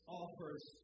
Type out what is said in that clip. offers